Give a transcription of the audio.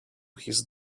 his